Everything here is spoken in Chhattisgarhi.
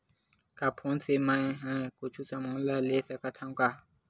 का फोन से मै हे कुछु समान ले सकत हाव का?